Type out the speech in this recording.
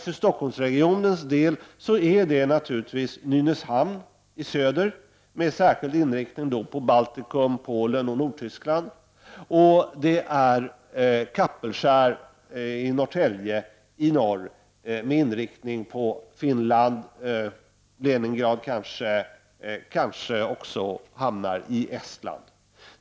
För Stockholmsregionens del är det naturligtvis Nynäshamn i söder, med särskild inriktning på Baltikum, Polen och Nordtyskland, och det är Kapellskär i Norrtälje i norr, med inriktning på Finland, kanske Leningrad och kanske även hamnar i Estland.